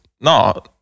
no